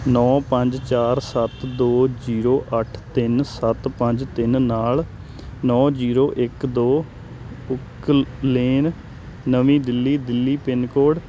ਨੌਂ ਪੰਜ ਚਾਰ ਸੱਤ ਦੋ ਜੀਰੋ ਅੱਠ ਤਿੰਨ ਸੱਤ ਪੰਜ ਤਿੰਨ ਨਾਲ ਨੌਂ ਜੀਰੋ ਇੱਕ ਦੋ ਕਲੇਨ ਨਵੀਂ ਦਿੱਲੀ ਦਿੱਲੀ ਪਿੰਨ ਕੋਡ